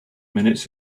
minutes